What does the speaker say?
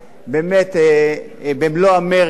באמת במלוא המרץ,